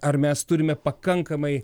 ar mes turime pakankamai